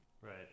Right